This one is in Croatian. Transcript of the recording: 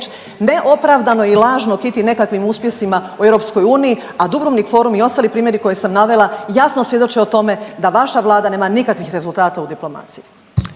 neopravdano i lažno kiti nekakvim uspjesima u EU, a Dubrovnik Forum i ostali primjeri koje sam navela jasno svjedoče o tome da vaša vlada nema nikakvih rezultata u diplomaciji.